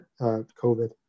COVID